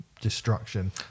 destruction